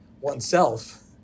oneself